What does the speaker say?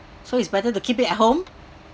so it's better to keep it at home